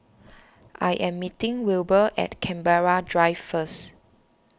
I am meeting Wilber at Canberra Drive first